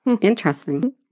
Interesting